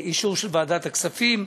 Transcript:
אישור של ועדת הכספים.